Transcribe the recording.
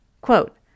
Quote